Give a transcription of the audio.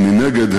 ומנגד,